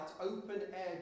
open-air